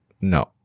No